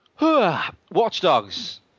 Watchdogs